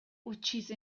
ucciso